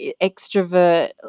extrovert